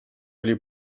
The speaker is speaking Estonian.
oli